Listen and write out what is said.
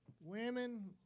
Women